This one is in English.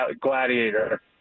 Gladiator